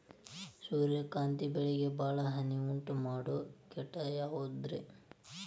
ಸೂರ್ಯಕಾಂತಿ ಬೆಳೆಗೆ ಭಾಳ ಹಾನಿ ಉಂಟು ಮಾಡೋ ಕೇಟ ಯಾವುದ್ರೇ?